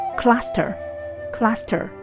cluster，cluster，